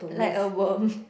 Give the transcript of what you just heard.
like a worm